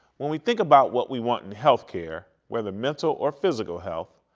when we think about what we want in health care, whether mental or physical health,